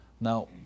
Now